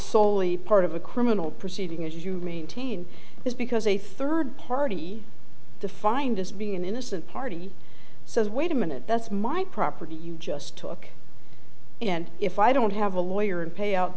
solely part of a criminal proceeding is you maintain this because a third party defined as being an innocent party says wait a minute that's my property you just took and if i don't have a lawyer and pay out